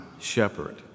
shepherd